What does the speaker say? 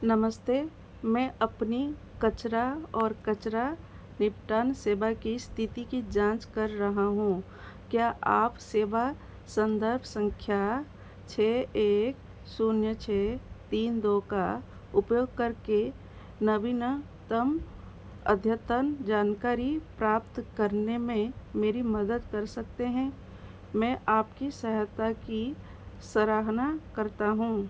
नमस्ते मैं अपनी कचरा और कचरा निपटान सेवा की स्थिति जाँच कर रहा हूँ क्या आप सेवा संदर्भ संख्या छः एक शून्य छः तीन दो का उपयोग करके नवीनतम अद्यतन जानकारी प्राप्त करने में मेरी मदद कर सकते हैं मैं आपकी सहायता की सराहना करता हूँ